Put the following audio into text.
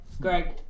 Greg